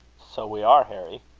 so we are, harry.